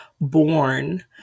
born